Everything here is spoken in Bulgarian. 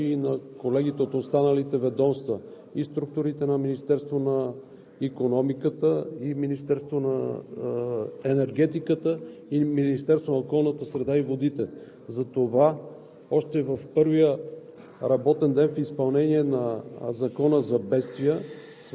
че работата при преодоляването на тези бедствия се дължи и на колегите от останалите ведомства – и структурите на Министерството на икономиката, и Министерството на енергетиката, и на Министерството на околната среда и водите. Затова още в първия